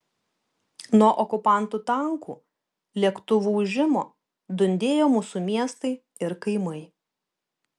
nuo okupantų tankų lėktuvų ūžimo dundėjo mūsų miestai ir kaimai